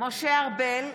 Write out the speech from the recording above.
משה ארבל,